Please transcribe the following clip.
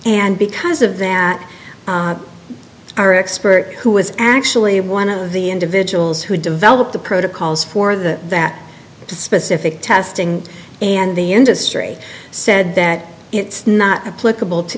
and because of that our expert who was actually one of the individuals who developed the protocols for the that specific testing and the industry said that it's not applicable to